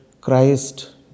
Christ